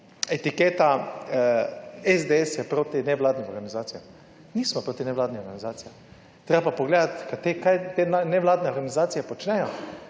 etiketa, SDS je proti nevladnim organizacijam. Nismo proti nevladnim organizacijam. Je treba je pa pogledati, kaj te nevladne organizacije počnejo.